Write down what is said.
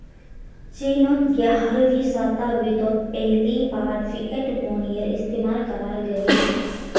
चिनोत ग्यारहवीं शाताब्दित पहली बार फ़िएट मोनेय्र इस्तेमाल कराल गहिल